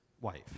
wife